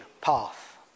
path